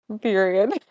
period